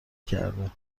کرده